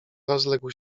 rozległ